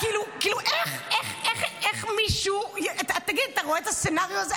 איך מישהו, תגיד, אתה רואה את הסצנריו הזה?